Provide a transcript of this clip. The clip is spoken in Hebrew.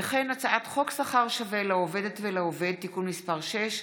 הצעת חוק שכר שווה לעובדת ולעובד (תיקון מס' 6),